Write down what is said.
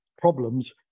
problems